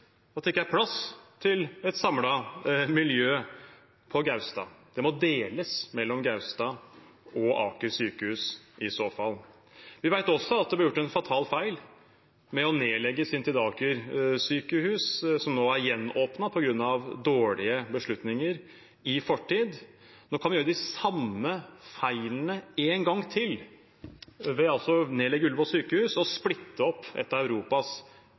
at det ikke er plass til et samlet miljø på Gaustad. Det må deles mellom Gaustad og Aker sykehus, i så fall. Vi vet også at det ble gjort en fatal feil ved i sin tid å legge ned Aker sykehus, som nå er gjenåpnet på grunn av dårlige beslutninger i fortid. Nå kan vi gjøre de samme feilene en gang til ved å legge ned Ullevål sykehus og splitte opp et av Europas